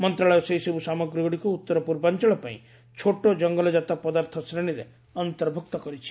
ମନ୍ତ୍ରଶାଳୟ ସେହିସବୁ ସାମଗ୍ରୀଗୁଡ଼ିକୁ ଉତର ପୂର୍ବାଂଚଳ ପାଇଁ ଛୋଟ ଜଙ୍ଗଲଜାତ ପଦାର୍ଥ ଶ୍ରେଣୀରେ ଅନ୍ତର୍ଭୂକ୍ତ କରିଛି